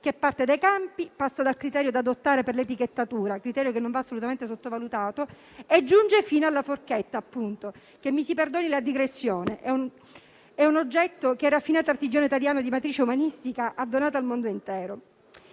che parte dai campi, passa dal criterio da adottare per l'etichettatura - criterio che non va assolutamente sottovalutato - e giunge fino alla forchetta, appunto, che - mi si perdoni la digressione - è un oggetto che il raffinato artigiano italiano di matrice umanistica ha donato al mondo intero.